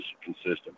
consistent